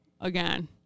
again